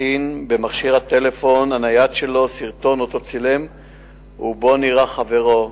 הקטין במכשיר הטלפון הנייד שלו סרטון שהוא צילם ובו נראה חברו,